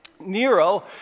Nero